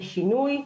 יהיה שינוי.